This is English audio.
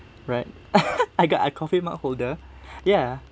right I got a coffee mug holder ya